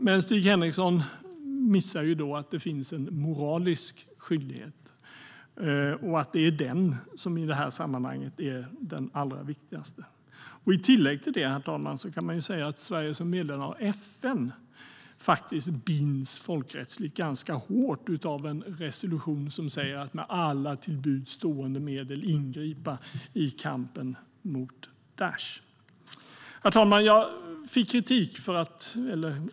Men Stig Henriksson missar att det finns en moralisk skyldighet och att det är den som i detta sammanhang är det allra viktigaste. I tillägg till det, herr talman, kan man säga att Sverige som medlem av FN faktiskt binds ganska hårt folkrättsligt av en resolution som handlar om att med alla till buds stående medel ingripa i kampen mot Daish. Herr talman!